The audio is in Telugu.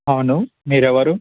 అవును మీరు ఎవరు